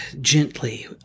gently